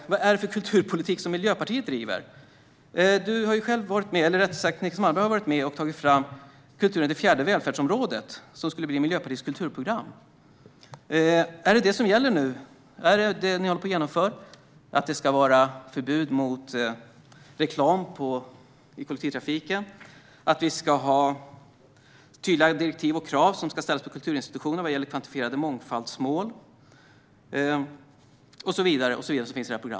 Vad är det för kulturpolitik Miljöpartiet driver? Niclas Malmberg var med och tog fram Kulturen - det fjärde välfärdsområdet som skulle bli Miljöpartiets kulturprogram. Är det detta som gäller nu? Håller ni på att genomföra ett förbud mot reklam i kollektivtrafiken, att det ska ställas tydligare direktiv och krav på kulturinstitutioner vad gäller kvantifierade mångfaldsmål och så vidare?